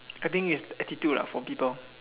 I think it's the attitude lah for people